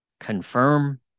Confirm